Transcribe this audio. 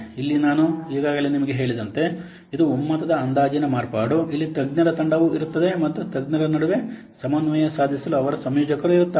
ಇಲ್ಲಿ ನಾನು ಈಗಾಗಲೇ ನಿಮಗೆ ಹೇಳಿದಂತೆ ಇದು ಒಮ್ಮತದ ಅಂದಾಜಿನ ಮಾರ್ಪಾಡು ಇಲ್ಲಿ ತಜ್ಞರ ತಂಡವೂ ಇರುತ್ತದೆ ಮತ್ತು ತಜ್ಞರ ನಡುವೆ ಸಮನ್ವಯ ಸಾಧಿಸಲು ಅವರ ಸಂಯೋಜಕರು ಇರುತ್ತಾರೆ